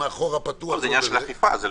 זה עניין של אכיפה.